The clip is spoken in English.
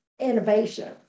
innovation